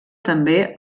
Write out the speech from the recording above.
també